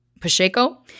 Pacheco